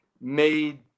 made